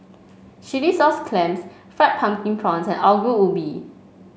Chilli Sauce Clams Fried Pumpkin Prawns and Ongol Ubi